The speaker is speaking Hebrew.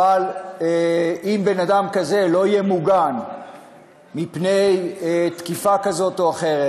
אבל אם בן-אדם כזה לא יהיה מוגן מפני תקיפה כזאת או אחרת,